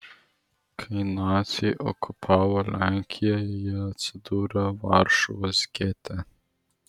kai naciai okupavo lenkiją ji atsidūrė varšuvos gete